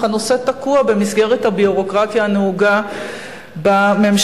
אך הנושא תקוע במסגרת הביורוקרטיה הנהוגה בממשלה.